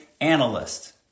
analyst